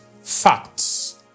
facts